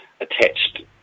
attached